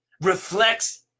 reflects